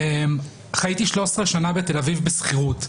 חייתי 13 שנה בתל-אביב בשכירות.